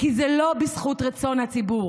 כי זה לא בזכות רצון הציבור,